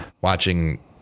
watching